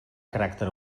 caràcter